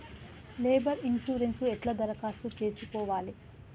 Labour insurance ఎట్ల దరఖాస్తు చేసుకోవాలే?